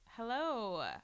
Hello